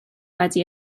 wedi